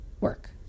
work